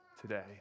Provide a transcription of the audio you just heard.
today